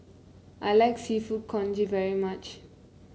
I like seafood congee very much